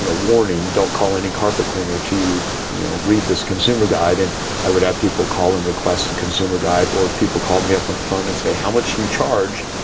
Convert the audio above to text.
you know warning, don't call any carpet cleaner to you know read this consumer guide. and i would have people call and request the consumer guide. or if people called me up on the phone and say, how much you charge?